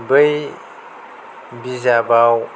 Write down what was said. बै बिजाबाव